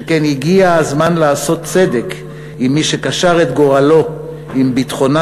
שכן הגיע הזמן לעשות צדק עם מי שקשר את גורלו עם ביטחונה